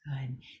good